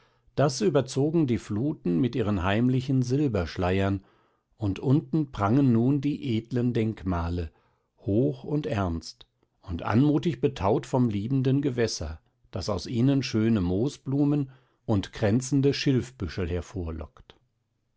das überzogen die fluten mit ihren heimlichen silberschleiern und unten prangen nun die edlen denkmale hoch und ernst und anmutig betaut vom liebenden gewässer das aus ihnen schöne moosblumen und kränzende